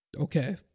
Okay